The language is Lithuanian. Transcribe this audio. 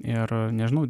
ir nežinau